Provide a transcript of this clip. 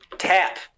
tap